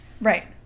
Right